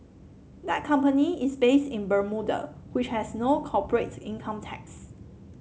that company is based in Bermuda which has no corporate income tax